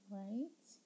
right